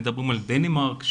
על דנמרק,